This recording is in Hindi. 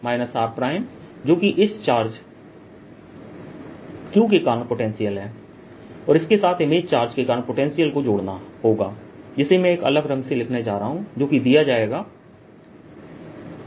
जोकि इस चार्ज q के कारण पोटेंशियल है और इसके साथ इमेज चार्ज के कारण पोटेंशियल को जोड़ना होगा जिसे मैं एक अलग रंग से लिखने जा रहा हूं जो दिया जाएगा 14π0q